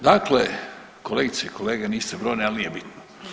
Dakle, kolegice i kolege niste brojni ali nije bitno.